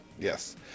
Yes